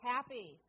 Happy